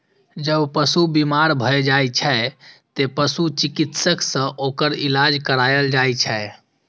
जब पशु बीमार भए जाइ छै, तें पशु चिकित्सक सं ओकर इलाज कराएल जाइ छै